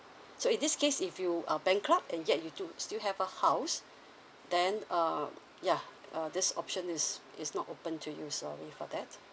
so in this case if you are bankrupt and yet you do still have a house then um ya uh this option is is not open to you sorry for that